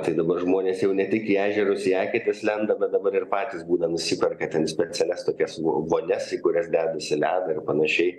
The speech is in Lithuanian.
tai dabar žmonės jau ne tik į ežerus į eketes lenda bet dabar ir patys būna nusiperka ten specialias tokias vo vonias į kurias dedasi ledo ir panašiai